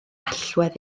allwedd